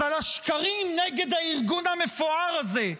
אז על השקרים נגד הארגון המפואר הזה,